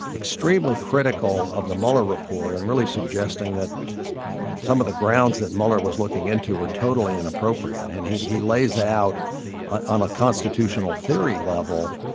extremely critical of the mueller report and really suggesting that some of the grounds that mueller was looking into were totally inappropriate. and he he lays out on a ah constitutional theory level,